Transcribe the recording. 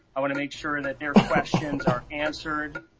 i want to make sure that their questions are answered.